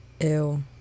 Ew